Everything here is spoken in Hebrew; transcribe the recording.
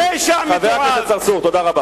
תודה.